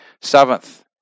Seventh